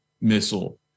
missile